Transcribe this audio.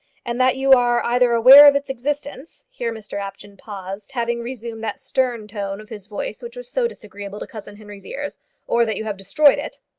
and that you are either aware of its existence here mr apjohn paused, having resumed that stern tone of his voice which was so disagreeable to cousin henry's ears or that you have destroyed it.